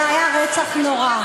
זה היה רצח נורא.